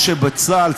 כי בצה"ל,